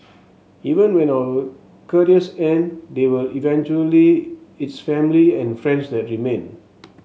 even when our careers end they will eventually it's family and friends that remain